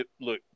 look